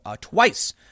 twice